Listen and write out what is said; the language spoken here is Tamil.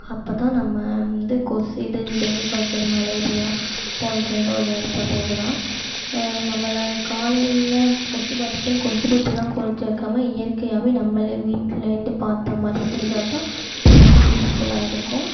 அப்போ தான் நம்ம வந்து கொசு இது டெங்கு காய்ச்சல் மலேரியா போன்ற நோய்கள் பரவலாம் நம்மள காலையில கொசு பாதிக்குன்னு கொசுபத்தியெல்லாம் கொளுத்தி வைக்கமா இயற்கையாகவே நம்மளே வீட்டிலேந்து பார்த்தா மாதிரி செஞ்சால் தான் நமக்கு யூஸ்ஃபுல்லாக இருக்கும்